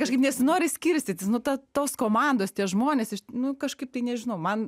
kažkaip nesinori skirstytis nu ta tos komandos tie žmonės aš nu kažkaip tai nežinau man